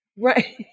right